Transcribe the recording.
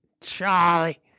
Charlie